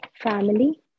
family